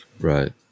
Right